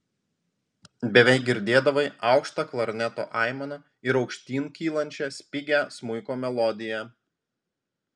beveik girdėdavai aukštą klarneto aimaną ir aukštyn kylančią spigią smuiko melodiją